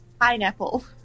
pineapple